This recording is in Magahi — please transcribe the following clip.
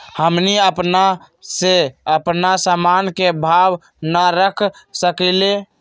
हमनी अपना से अपना सामन के भाव न रख सकींले?